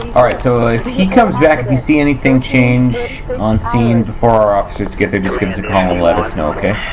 alright so if he comes back, if you see anything change on scene before our officers get there, just give us a call and we'll let us know, okay?